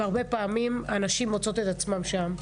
והרבה פעמים הנשים מוצאות את עצמן שם.